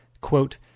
quote